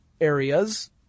areas